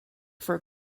for